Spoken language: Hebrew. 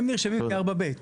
הם נרשמים כ-4ב.